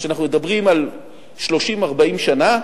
כשאנחנו מדברים על 30 40 שנה,